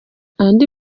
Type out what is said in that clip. andi